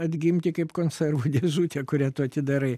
atgimti kaip konservų dėžutė kurią tu atidarai